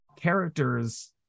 characters